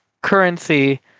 currency